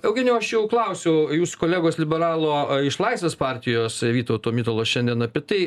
na eugenijau aš jau klausiu jūsų kolegos liberalo o iš laisvės partijos vytauto mitalo šiandien apie tai